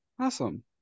Awesome